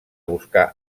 buscar